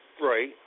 Right